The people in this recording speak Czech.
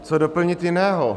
Co doplnit jiného?